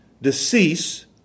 Decease